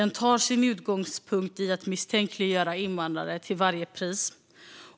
Den tar sin utgångspunkt i att misstänkliggöra invandrare till varje pris.